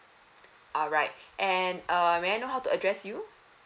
alright and err may I know how to address you